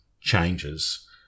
changes